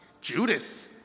Judas